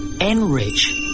Enrich